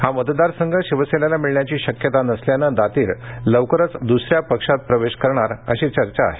हा मतदार संघ शिवसेनेला मिळण्याची शक्यता नसल्यानं दातीर लवकरच दुसऱ्या पक्षात प्रवेश करणार अशी चर्चा आहे